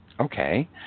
Okay